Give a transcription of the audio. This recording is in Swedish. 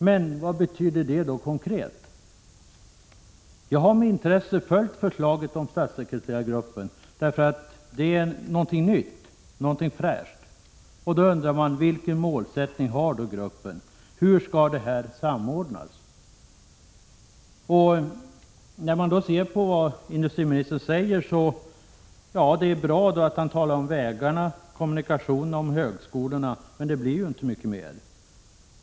Men vad betyder detta konkret? Jag har med intresse följt förslaget om statssekreterargruppen. Det är någonting nytt, någonting fräscht. Vilken målsättning har denna grupp? Hur skall detta arbete samordnas? Det är bra att industriministern talar om vägarna, kommunikationerna och högskolorna. Men det blir ju inte mycket mer.